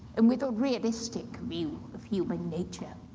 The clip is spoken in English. and with a realistic view of human nature.